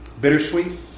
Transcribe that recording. bittersweet